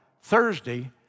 Thursday